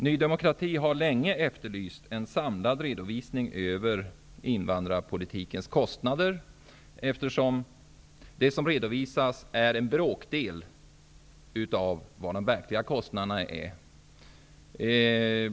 Ny demokrati har länge efterlyst en samlad redovisning över invandrarpolitikens kostnader, eftersom det som redovisas är en bråkdel av de verkliga kostnaderna.